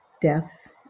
death